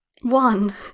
One